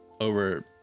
over